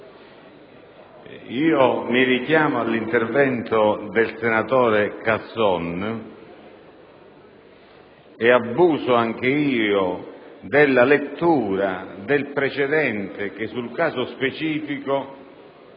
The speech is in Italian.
Mirichiamo all'intervento del senatore Casson abusando anch'io della lettura del precedente che sul caso specifico